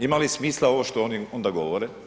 Ima li smisla ovo što oni onda govore?